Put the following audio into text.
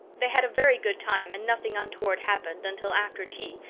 they had a very good time and nothing untoward happened until after tea,